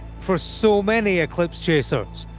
for so many eclipse chasers,